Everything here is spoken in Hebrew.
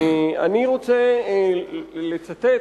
אני רוצה לצטט,